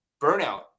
burnout